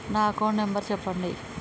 నా account number చెప్పండి?